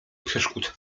przeszkód